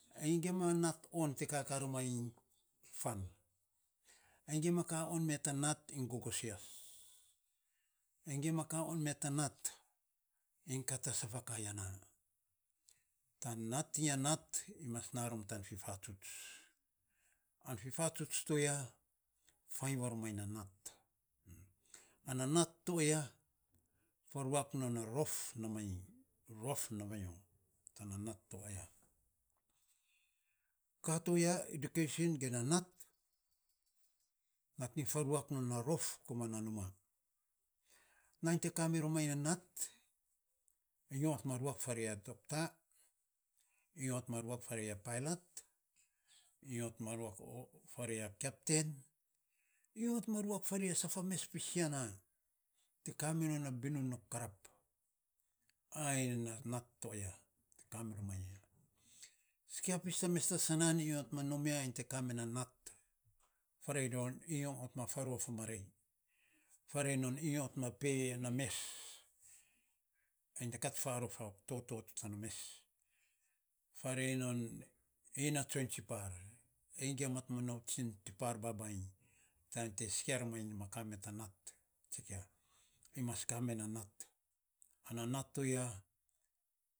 Ainy gia ma nat on te kaka ro mainy fan ainy gia ma ka on me ta nat iny gogosias, ainy gia ma ka on me ta nat iny kat a safa ka ya na, tan nat iny a nat ai mas narom tan fifatsuts an fifatsuts to ya, fain varo mainy na nat, ana nat to aya, fa vuak non a rof na ma iny, rof na ma nyo tana nat to aya ka to ya edukeisin ge a nat, nating fa ruak non a rof ko ma na numa, nainy te kami roma iny na nat, iny onot ma ruak farei a dokta, iny onot ma ruak farei a pailat iny onot ma ruak farei a kepten iny onot ma ruak farei a safa mes ya na te ka mi non na binun a karap ai na nat to aya te kami varo mainy ya, si kia pis ta mes ta san nan ma nom ma iny ya ainy te kame na nat. Farei non nyoo onot ma faruaf a marei, farei non nyo onot ma pe na mes, ainy te ka farof a toto tana mes, farei non iny na tsion tsipar iny gima onot iny tsipas babainy nainy te si kia ma kamiroma iny na nat ana nat to ya.